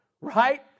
right